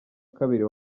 kabiri